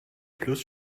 plus